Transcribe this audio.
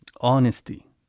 Honesty